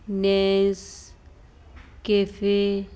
Nescafe